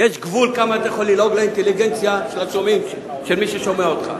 יש גבול כמה אתה יכול ללעוג לאינטליגנציה של מי ששומע אותך.